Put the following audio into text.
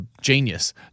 genius